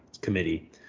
committee